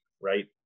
right